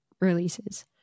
releases